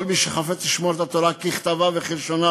כל מי שחפץ לשמור את התורה ככתבה וכלשונה,